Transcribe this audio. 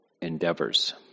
endeavors